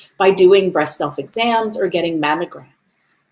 by doing breast self exams or getting mammograms.